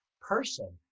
person